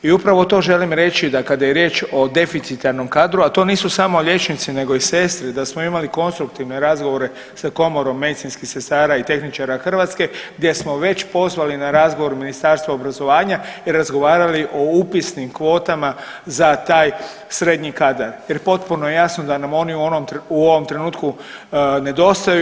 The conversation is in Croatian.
I upravo to želim reći da kada je riječ o deficitarnom kadru, a to nisu samo liječnici nego i sestre da smo imali konstruktivne razgovore sa Komorom medicinskih sestara i tehničara Hrvatske gdje smo već pozvali na razgovor Ministarstvo obrazovanja i razgovarali o upisnim kvotama za taj srednji kadar jer potpuno je jasno da nam oni u ovom trenutku nedostaju.